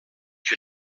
que